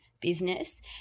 business